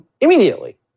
immediately